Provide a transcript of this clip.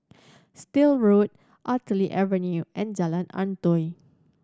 Still Road Artillery Avenue and Jalan Antoi